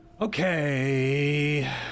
Okay